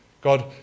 God